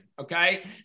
okay